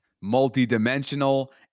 multi-dimensional